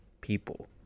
people